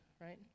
right